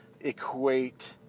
equate